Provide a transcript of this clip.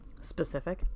Specific